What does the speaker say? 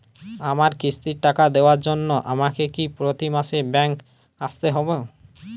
আমার কিস্তির টাকা দেওয়ার জন্য আমাকে কি প্রতি মাসে ব্যাংক আসতে হব?